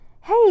Hey